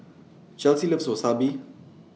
Chelsea loves Wasabi